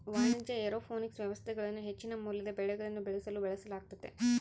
ವಾಣಿಜ್ಯ ಏರೋಪೋನಿಕ್ ವ್ಯವಸ್ಥೆಗಳನ್ನು ಹೆಚ್ಚಿನ ಮೌಲ್ಯದ ಬೆಳೆಗಳನ್ನು ಬೆಳೆಸಲು ಬಳಸಲಾಗ್ತತೆ